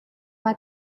uma